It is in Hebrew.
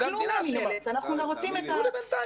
אנחנו נשארים עדיין בלי בית,